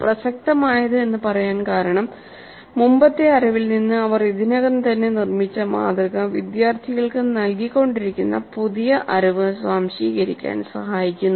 പ്രസക്തമായത്എന്ന് പറയാൻ കാരണം മുമ്പത്തെ അറിവിൽ നിന്ന് അവർ ഇതിനകം തന്നെ നിർമ്മിച്ച മാതൃക വിദ്യാർത്ഥികൾക്ക് നൽകിക്കൊണ്ടിരിക്കുന്ന പുതിയ അറിവ് സ്വാംശീകരിക്കാൻ സഹായിക്കുന്നു